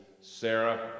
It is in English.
Sarah